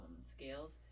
scales